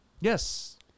Yes